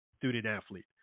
student-athlete